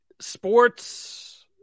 Sports